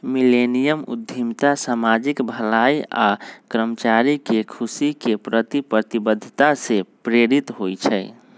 millennium उद्यमिता सामाजिक भलाई आऽ कर्मचारी के खुशी के प्रति प्रतिबद्धता से प्रेरित होइ छइ